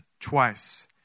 twice